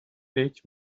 فکر